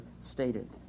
stated